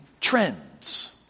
trends